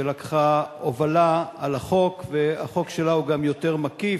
שלקחה הובלה על החוק, והחוק שלה הוא גם יותר מקיף,